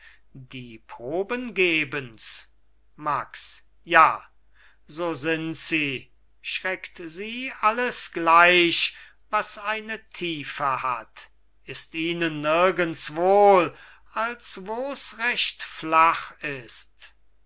die proben gebens max ja so sind sie schreckt sie alles gleich was eine tiefe hat ist ihnen nirgends wohl als wos recht flach ist